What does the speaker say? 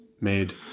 made